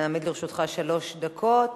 נעמיד לרשותך שלוש דקות,